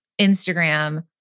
Instagram